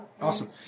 Awesome